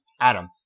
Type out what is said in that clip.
Adam